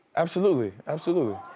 absolutely, absolutely.